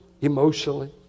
emotionally